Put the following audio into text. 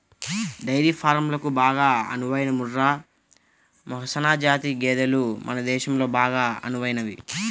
dairy ఫారంలకు బాగా అనువైన ముర్రా, మెహసనా జాతి గేదెలు మన దేశంలో బాగా అనువైనవి